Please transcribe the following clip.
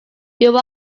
you